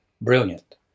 brilliant